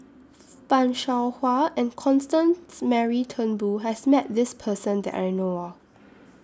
fan Shao Hua and Constance Mary Turnbull has Met This Person that I know of